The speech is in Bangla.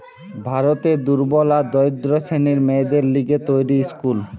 ভারতের দুর্বল আর দরিদ্র শ্রেণীর মেয়েদের লিগে তৈরী স্কুল